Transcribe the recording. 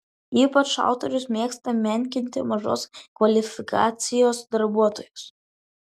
ypač autorius mėgsta menkinti mažos kvalifikacijos darbuotojus